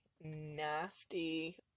nasty